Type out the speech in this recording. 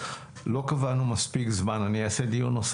לא קבענו מספיק זמן לזה.